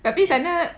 tapi sana